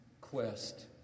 Quest